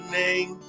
name